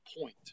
point